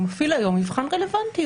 הוא מפעיל היום מבחן רלוונטיות.